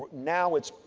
now it's,